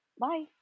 Bye